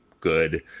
good